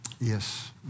yes